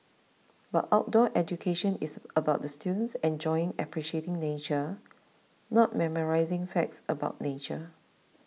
but outdoor education is about the students enjoying appreciating nature not memorising facts about nature